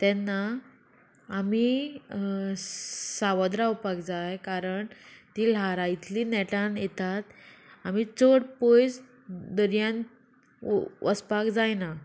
तेन्ना आमी सावद रावपाक जाय कारण तीं ल्हारां इतलीं नेटान येतात आमी चड पयस दर्यान वचपाक जायना